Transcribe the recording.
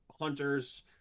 hunters